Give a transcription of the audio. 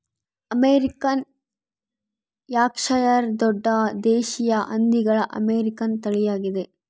American Yorkshire ದೊಡ್ಡ ದೇಶೀಯ ಹಂದಿಗಳ ಅಮೇರಿಕನ್ ತಳಿಯಾಗಿದೆ